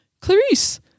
Clarice